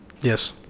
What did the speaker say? Yes